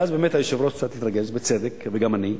ואז באמת היושב-ראש קצת התרגז, ובצדק, וגם אני,